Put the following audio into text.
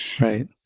Right